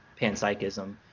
panpsychism